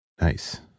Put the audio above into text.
Nice